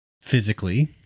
Physically